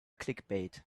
clickbait